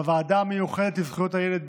בוועדה המיוחדת לזכויות הילד,